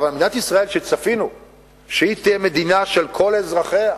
אבל מדינת ישראל שצפינו שהיא תהיה מדינה של כל אזרחיה,